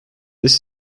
this